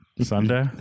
Sunday